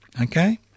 Okay